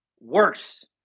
worse